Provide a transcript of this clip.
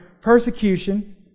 persecution